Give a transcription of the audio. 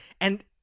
And-